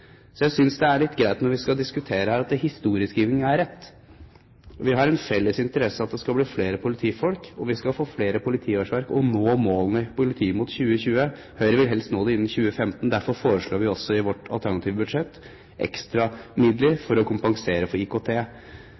Jeg synes det er litt greit, når vi skal diskutere dette, at historieskrivingen er rett. Vi har felles interesse av at det skal bli flere politifolk, flere politiårsverk, og at vi skal nå målene i «Politiet mot 2020». Høyre vil helst nå dem innen 2015. Derfor foreslår vi i vårt alternative budsjett ekstra midler for å kompensere for IKT.